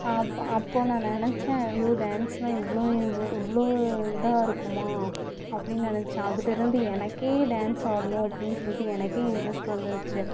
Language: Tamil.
அப்போ அப்போ நான் நினைச்சேன் ஐயோ டான்ஸ்ன்னா இவ்வளோ இவ்வளோ இதாக இருக்குமா அப்படின் நினைச்சேன் அதுலேருந்து எனக்கே டான்ஸ் ஆடணும் அப்படின் சொல்லிவிட்டு எனக்கே இன்ட்ரெஸ்ட் வந்துருச்சு